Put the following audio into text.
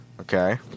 Okay